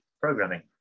programming